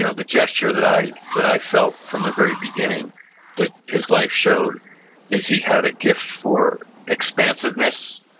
you know the gesture that i that i felt from the very beginning that his life showed is he had a gift for expansiveness,